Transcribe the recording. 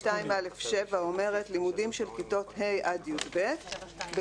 כרגע תקנה (2א7) אומרת: לימודים של כיתות ה' עד י"ב בבית